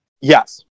Yes